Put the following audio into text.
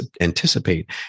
anticipate